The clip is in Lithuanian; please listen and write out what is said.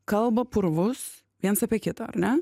kalba purvus viens apie kitą ar ne